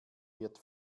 wird